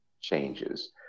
changes